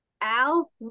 Al